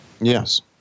Yes